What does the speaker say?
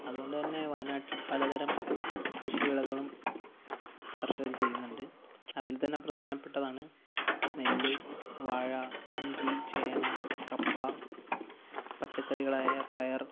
അതുകൊണ്ടുതന്നെ വയനാട്ടിൽ പലതരം കൃഷി വിളകളും കർഷകർ ചെയ്യുന്നുണ്ട് അതിൽത്തന്നെ പ്രധാനപ്പെട്ടതാണ് നെല്ല് വാഴ ഇഞ്ചി ചേന കപ്പ പച്ചക്കറികളായ പയർ